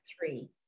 three